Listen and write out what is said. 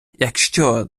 якщо